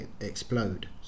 explode